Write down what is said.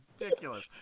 ridiculous